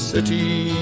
City